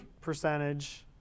percentage